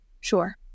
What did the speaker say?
Sure